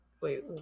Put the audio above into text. wait